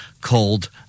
Called